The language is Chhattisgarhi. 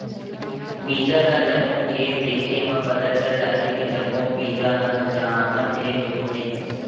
बीजा ल जमो के देखे म पता चल जाथे के जम्मो बीजा ह जामत हे धुन नइ